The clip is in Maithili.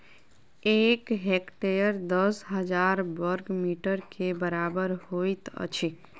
एक हेक्टेयर दस हजार बर्ग मीटर के बराबर होइत अछि